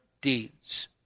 deeds